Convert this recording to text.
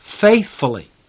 faithfully